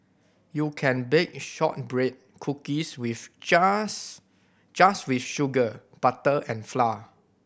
you can bake shortbread cookies with just just with sugar butter and flour